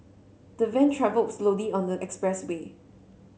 the van travelled slowly on the expressway